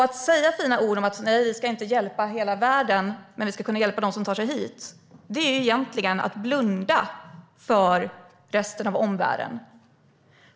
Att säga fina ord - att vi inte kan hjälpa hela världen men att vi ska kunna hjälpa dem som tar sig hit - är egentligen att blunda för omvärlden.